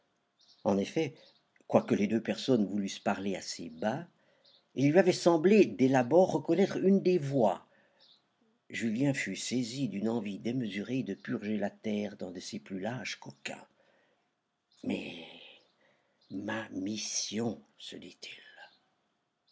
en effet quoique les deux personnes voulussent parler assez bas il lui avait semblé dès l'abord reconnaître une des voix julien fut saisi d'une envie démesurée de purger la terre d'un de ses plus lâches coquins mais ma mission